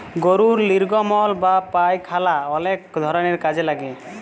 গরুর লির্গমল বা পায়খালা অলেক ধরলের কাজে লাগে